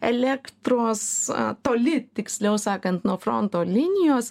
elektros toli tiksliau sakant nuo fronto linijos